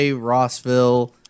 Rossville